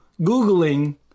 googling